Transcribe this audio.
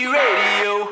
radio